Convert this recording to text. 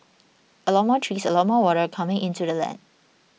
a lot more trees a lot more water coming into the land